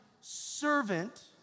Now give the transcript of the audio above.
servant